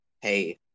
hey